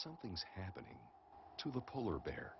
something's happening to the polar bear